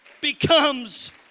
becomes